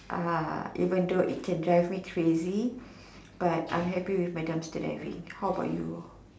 uh even though it can drive me crazy but I'm happy with me dumpster diving how about you